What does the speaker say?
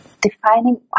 defining